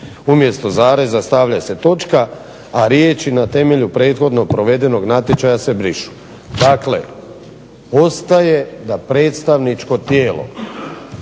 umjesto zareza stavlja se točka, a riječi: na temelju prethodno provedenog natječaja se brišu. Dakle, ostaje da predstavničko tijelo